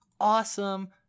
awesome